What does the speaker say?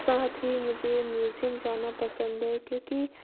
साथ ही मुझे म्यूज़ियम जाना पसंद है क्योंकि